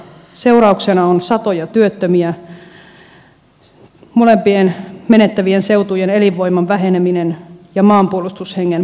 seurauksena on satoja työttömiä molempien menettävien seutujen elinvoiman väheneminen ja maanpuolustushengen vaarantuminen